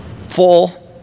Full